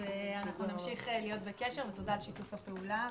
אנחנו נמשיך להיות בקשר ותודה על שיתוף הפעולה.